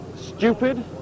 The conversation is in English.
stupid